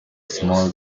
small